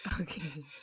Okay